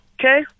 Okay